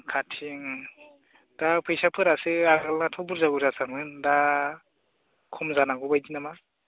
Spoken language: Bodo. खाथि उम दा फैसाफोरासो आगोलनाथ' बुरजा बुरजाथारमोन दा खम जानांगौ बायदि नामा